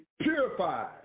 purified